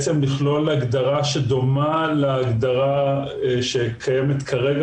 לכלול הגדרה שדומה להגדרה שקיימת כרגע